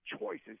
choices